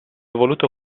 voluto